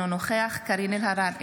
אינו נוכח קארין אלהרר,